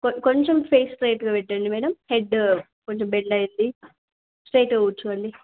కొంచెం ఫేస్ స్ట్రైట్గా పెట్టండి మేడమ్ హెడ్ కొంచెం బెండ్ అయ్యింది స్ట్రైట్గా కూర్చోండి